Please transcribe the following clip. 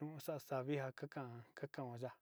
nujan xavija njaya'á.